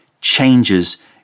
changes